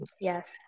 Yes